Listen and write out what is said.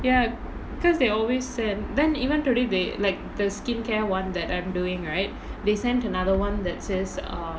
ya because they always send then even today like the skincare [one] that I'm doing right they sent another one that says um